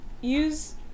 use